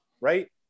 right